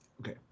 Okay